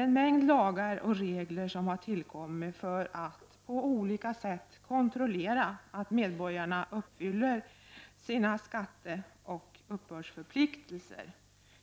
En mängd lagar och regler som har tillkommit för att på olika sätt kontrollera att medborgarna uppfyller sina skatteoch uppbördsförpliktelser